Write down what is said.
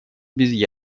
без